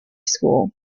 school